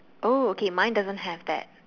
oh okay mine doesn't have that